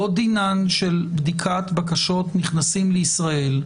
לא דינן של בדיקת בקשות נכנסים לישראל.